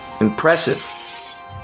Impressive